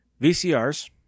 VCRs